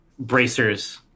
Bracers